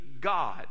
God